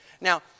Now